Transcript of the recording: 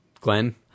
Glenn